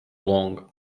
long